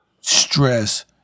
stress